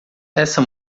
essa